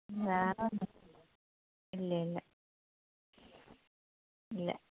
വേറൊന്നും ഇല്ല ഇല്ല ഇല്ലാ